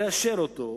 לאשר אותו,